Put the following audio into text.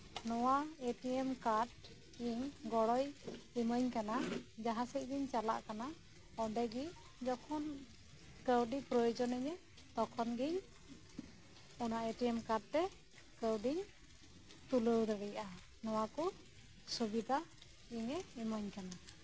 ᱱᱚᱣᱟ ATM card ᱤᱧ ᱜᱚᱲᱚᱭ ᱤᱢᱟᱹᱧ ᱠᱟᱱᱟ ᱡᱟᱦᱟᱸᱥᱮᱡᱜᱤᱧ ᱪᱟᱞᱟᱜ ᱠᱟᱱᱟ ᱚᱸᱰᱮᱜᱤ ᱡᱚᱠᱷᱚᱱ ᱠᱟᱹᱣᱰᱤ ᱯᱨᱚᱭᱚᱱ ᱟᱹᱧᱟᱹ ᱛᱚᱠᱷᱚᱱᱜᱤ ᱚᱱᱟ ᱮᱴᱤᱭᱮᱢ ᱠᱟᱴᱛᱮ ᱠᱟᱹᱣᱰᱤᱧ ᱛᱩᱞᱟᱹᱣ ᱫᱟᱲᱤᱭᱟᱜᱼᱟ ᱱᱚᱣᱟᱠᱩ ᱥᱩᱵᱤᱫᱷᱟ ᱤᱧᱮ ᱤᱢᱟᱹᱧ ᱠᱟᱱᱟ